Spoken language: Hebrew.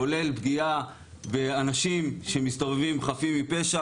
כולל פגיעה באנשים שמסתובבים חפים מפשע